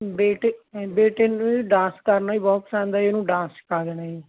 ਬੇਟੇ ਬੇਟੇ ਨੂੰ ਜੀ ਡਾਂਸ ਕਰਨਾ ਵੀ ਬਹੁਤ ਪਸੰਦ ਹੈ ਜੀ ਉਹਨੂੰ ਡਾਂਸ ਸਿਖਾ ਦੇਣਾ ਜੀ